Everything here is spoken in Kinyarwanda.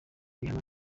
rihanna